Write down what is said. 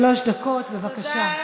שלוש דקות, בבקשה.